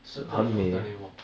tur~ turn a bit turn 给我